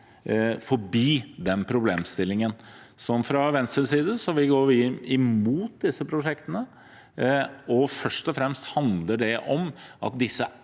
forbi den problemstillingen. Fra Venstres side går vi imot disse prosjektene. Først og fremst handler det om at de